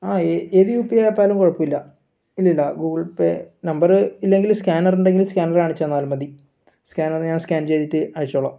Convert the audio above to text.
ആ ഏത് U P I ആപ്പായാലും കുഴപ്പമില്ല ഇല്ലില്ല ഗൂഗിൾ പേ നമ്പറ് ഇല്ലെങ്കിലും സ്ക്കാനറുണ്ടെങ്കിൽ സ്കാനറു കണിച്ച് തന്നാൽ മതി സ്കാനറ് ഞാൻ സ്കാൻ ചെയ്തിട്ട് അയച്ചോളാം